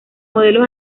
modelos